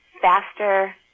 faster